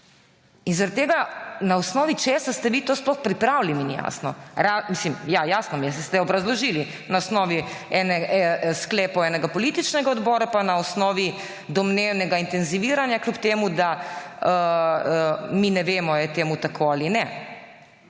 ni jasno, na osnovi česa ste vi to sploh pripravili. Mislim, ja, jasno mi je, saj ste obrazložili – na osnovi sklepov enega političnega odbora in na osnovi domnevnega intenziviranja, kljub temu da mi ne vemo, ali je to tako ali ne.